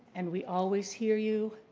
and we always hear you.